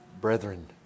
Brethren